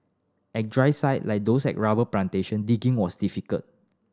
at drier sites like those at rubber plantation digging was difficult